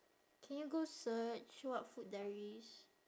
can you go search what food there is